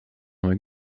neu